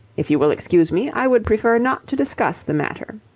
if you will excuse me, i would prefer not to discuss the matter.